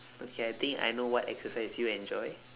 okay I think I know what exercise you enjoy